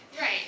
Right